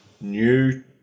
new